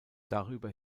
darüber